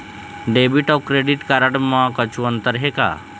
Debit अऊ credit card म कुछू अंतर हे का?